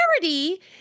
Charity